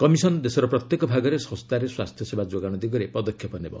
commission ଦେଶର ପ୍ରତ୍ୟେକ ଭାଗରେ ଶସ୍ତାରେ ସ୍ୱାସ୍ଥ୍ୟସେବା ଯୋଗାଣ ଦିଗରେ ପଦକ୍ଷେପ ନେବ